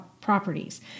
properties